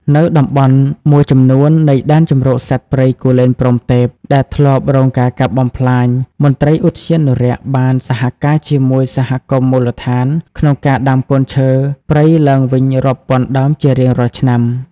នៅតំបន់មួយចំនួននៃ ដែនជម្រកសត្វព្រៃគូលែនព្រហ្មទេព ដែលធ្លាប់រងការកាប់បំផ្លាញ មន្ត្រីឧទ្យានុរក្សបានសហការជាមួយសហគមន៍មូលដ្ឋានក្នុងការដាំកូនឈើព្រៃឡើងវិញរាប់ពាន់ដើមជារៀងរាល់ឆ្នាំ។